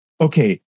okay